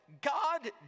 God